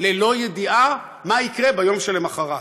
ללא ידיעה מה יקרה ביום שלמחרת.